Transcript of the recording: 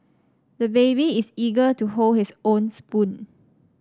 the baby is eager to hold his own spoon